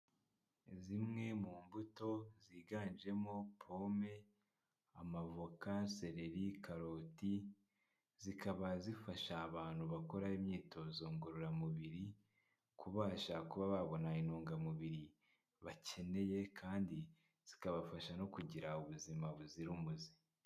Zimwe mu mbuto ziganjemo pome, amavoka, sereri, karoti, zikaba zifasha abantu bakora imyitozo ngororamubiri, kubasha kuba babona intungamubiri bakeneye kandi zikabafasha no kugira ubuzima buzira umuze.